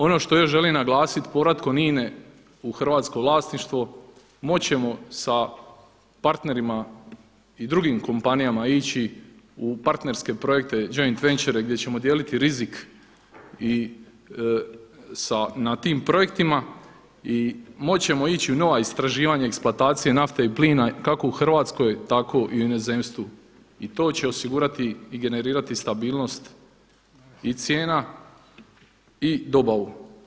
Ono što još želim naglasiti povratkom INA-e u hrvatsko vlasništvo moći ćemo sa partnerima i drugim kompanijama ići u partnerske projekte joint venture gdje ćemo dijeliti rizik na tim projektima i moći ćemo ići u nova istraživanja, eksploatacije nafte i plina kako u Hrvatskoj, tako i u inozemstvu i to će osigurati i generirati stabilnost i cijena i dobavu.